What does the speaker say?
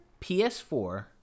PS4